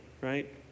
right